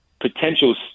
potential